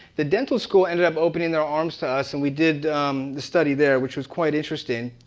the dental school ended up opening their arms to us, and we did the study there which was quite interesting.